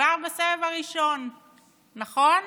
כבר בסבב הראשון, נכו,?